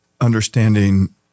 understanding